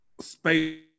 space